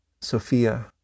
Sophia